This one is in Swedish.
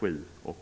7 och